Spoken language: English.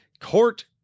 court